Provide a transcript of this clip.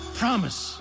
promise